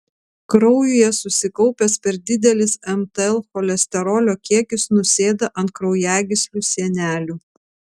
kraujyje susikaupęs per didelis mtl cholesterolio kiekis nusėda ant kraujagyslių sienelių